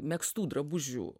megztų drabužių